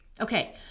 Okay